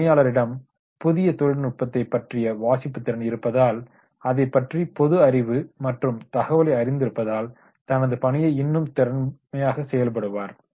ஒரு பணியாளரிடம் புதிய தொழில்நுட்பத்தை பற்றிய வாசிப்புத் திறன் இருப்பதால் அதைப்பற்றிய பொதுஅறிவு மற்றும் தகவலை அறிந்திருப்பதால் தனது பணியை இன்னும் திறமையாக செயல்படுவார்